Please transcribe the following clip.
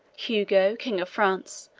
hugo, king of france,